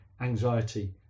anxiety